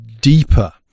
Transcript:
deeper